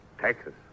Texas